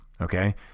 Okay